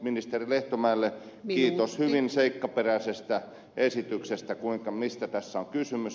ministeri lehtomäelle kiitos hyvin seikkaperäisestä esityksestä mistä tässä on kysymys